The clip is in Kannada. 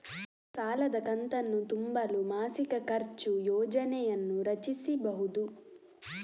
ಸಾಲದ ಕಂತನ್ನು ತುಂಬಲು ಮಾಸಿಕ ಖರ್ಚು ಯೋಜನೆಯನ್ನು ರಚಿಸಿಬಹುದು